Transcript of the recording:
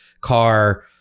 car